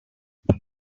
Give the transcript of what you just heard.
this